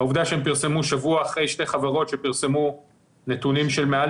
העובדה שהם פרסמו שבוע אחרי שתי חברות שפרסמו נתונים של מעל